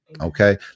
okay